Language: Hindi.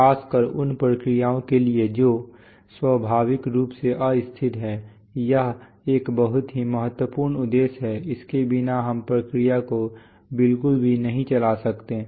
खासकर उन प्रक्रियाओं के लिए जो स्वाभाविक रूप से अस्थिर हैं यह एक बहुत ही महत्वपूर्ण उद्देश्य है इसके बिना हम प्रक्रिया को बिल्कुल भी नहीं चला सकते हैं